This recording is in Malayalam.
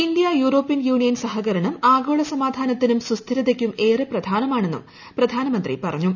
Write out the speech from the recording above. ഇന്ത്യാ ്യൂറോപ്യൻ യൂണിയൻ സഹകരണം ആഗോള സമാധാനത്തിന്റും സുസ്ഥിരതയ്ക്കും ഏറെ പ്രധാനമാണെന്നും പ്രധാനമുന്ത്രീ പറഞ്ഞു